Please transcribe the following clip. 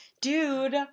Dude